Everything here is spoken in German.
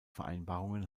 vereinbarungen